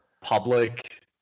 public